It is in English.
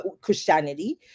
Christianity